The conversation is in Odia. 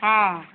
ହଁ